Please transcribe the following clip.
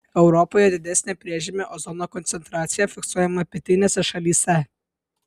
europoje didesnė priežemio ozono koncentracija fiksuojama pietinėse šalyse